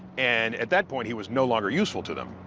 and at that point, he was no longer useful to them.